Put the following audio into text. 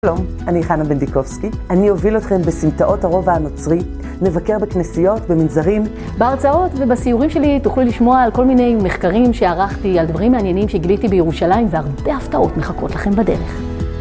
שלום, אני חנה בנדיקופסקי, אני אוביל אתכם בסמטאות הרובע הנוצרי, נבקר בכנסיות, במנזרים. בהרצאות ובסיורים שלי תוכלו לשמוע על כל מיני מחקרים שערכתי, על דברים מעניינים שגיליתי בירושלים והרבה הפתעות מחכות לכם בדרך.